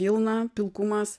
vilna pilkumas